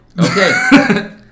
Okay